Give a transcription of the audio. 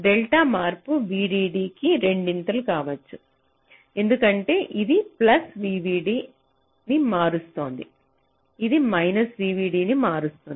కాబట్టి డెల్టా మార్పు VDD కి రెండింతలు కావచ్చు ఎందుకంటే ఇది ప్లస్ VDD ని మారుస్తుంది ఇది మైనస్ VDD ని మారుస్తుంది